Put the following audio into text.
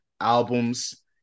albums